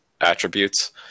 attributes